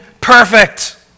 perfect